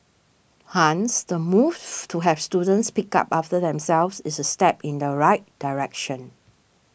hence the moves to have students pick up after themselves is a step in the right direction